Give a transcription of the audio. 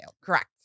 Correct